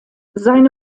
seine